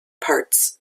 parts